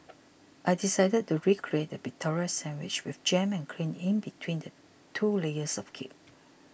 I decided to recreate the Victoria Sandwich with jam and cream in between two layers of cake